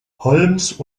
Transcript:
holmes